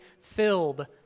filled